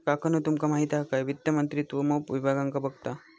काकानु तुमका माहित हा काय वित्त मंत्रित्व मोप विभागांका बघता